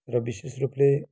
र विशेषरुपले